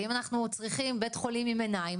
ואם אנחנו צריכים בית חולים עם עיניים,